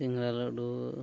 ᱮᱸᱜᱟ ᱞᱟᱹᱰᱩ